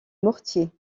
mortier